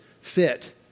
fit